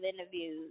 interviews